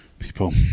people